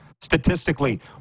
statistically